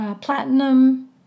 platinum